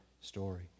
story